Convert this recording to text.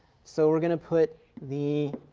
so we're going to put the